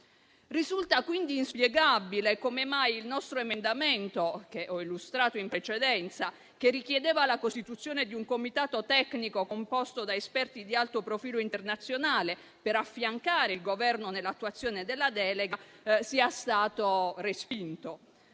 Risulta quindi inspiegabile come mai il nostro emendamento - l'ho illustrato in precedenza - che richiedeva la costituzione di un comitato tecnico composto da esperti di alto profilo internazionale per affiancare il Governo nell'attuazione della delega, sia stato respinto.